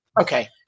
Okay